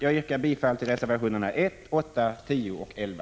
Jag yrkar bifall till reservationerna 1, 8, 10 och 11.